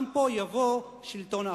גם פה יבוא השלטון הערבי.